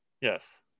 Yes